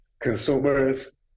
consumers